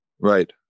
Right